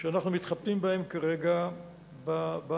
שאנחנו מתחבטים בהם כרגע במשרד.